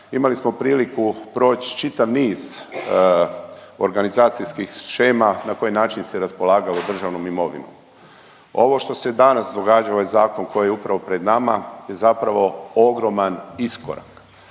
imali smo priliku proći čitav niz organizacijskih shema na koji način se raspolagalo državnom imovinom. Ovo što se danas događa, ovaj zakon koji je upravo pred nama je zapravo ogroman iskorak